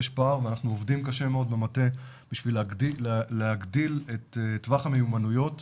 יש פער ואנחנו עובדים קשה מאוד במטה בשביל להגדיל את טווח המיומנויות,